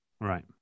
Right